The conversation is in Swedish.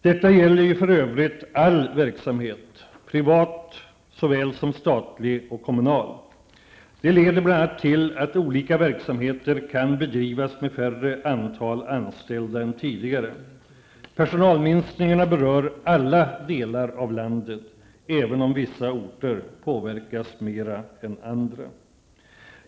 Detta gäller ju för övrigt all verksamhet; privat såväl som statlig och kommunal. Det leder bl.a. till att olika verksamheter kan bedrivas med mindre antal anställda än tidigare. Personalminskningarna berör alla delar av landet, även om vissa orter påverkas mera än andra.